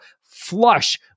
flush